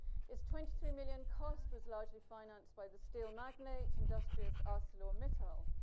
its twenty three million cost was largely financed by the steel magnate industrious arcelormittal,